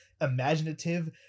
imaginative